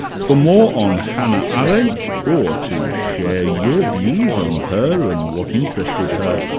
for more on hannah arendt, or to share your views on her and what interested her,